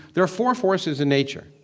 there were four forces in nature,